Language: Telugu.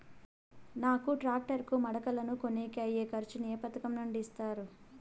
నాకు టాక్టర్ కు మడకలను కొనేకి అయ్యే ఖర్చు ను ఏ పథకం నుండి ఇస్తారు?